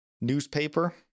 newspaper